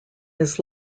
his